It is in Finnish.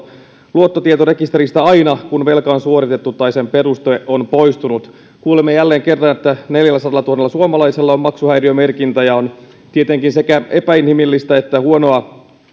luottotietorekisteristä aina kun velka on suoritettu tai sen peruste on poistunut kuulimme jälleen kerran että neljälläsadallatuhannella suomalaisella on maksuhäiriömerkintä ja on tietenkin sekä epäinhimillistä että huonoa